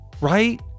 right